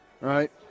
right